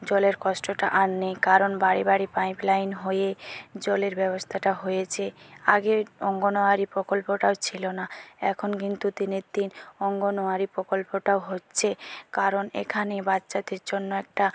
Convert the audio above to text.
জলের কষ্টটা আর নেই কারণ বাড়ি বাড়ি পাইপ লাইন হয়ে জলের ব্যবস্থাটা হয়েছে আগে অঙ্গনওয়াড়ি প্রকল্পটা ছিল না এখন কিন্তু দিনের দিন অঙ্গনওয়াড়ি প্রকল্পটাও হচ্ছে কারণ এখানে বাচ্চাদের জন্য একটা